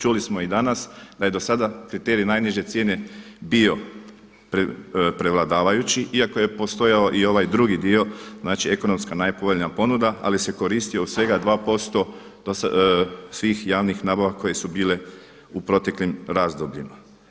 Čuli smo i danas da je do sada kriterij najniže cijene bio prevladavajući iako je postojao i ovaj drugi dio, znači ekonomska najpovoljnija ponuda ali se koristi u svega 2% svih javnih nabava koje su bile u proteklim razdobljima.